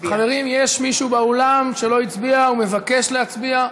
יש מישהו באולם שלא הצביע ומבקש להצביע?